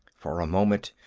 for a moment,